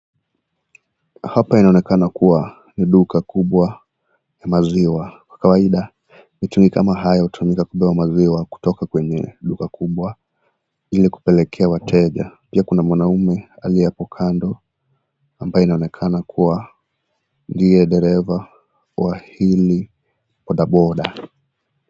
Hapa inaonekana kua ni duka kubwa la maziwa. Kwa kawaida, mitungi kama haya hutumika kubeba maziwa kutoka kwenye duka kubwa ili kupelekea wateja, pia kuna mwanaume aliye hapo kando, ambaye inaonekana kua ndiye dereva wa hili bodaboda.